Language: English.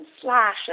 slash